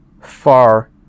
far